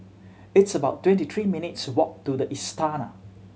it's about twenty three minutes' walk to The Istana